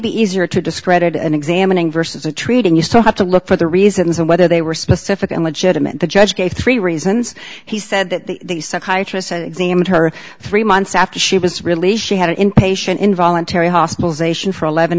be easier to discredit an examining versus a treat and you still have to look for the reasons and whether they were specific and legitimate the judge gave three reasons he said that the psychiatrist said examined her three months after she was released she had an inpatient involuntary hospitalization for eleven